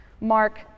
mark